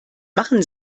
machen